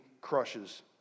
crushes